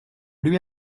lui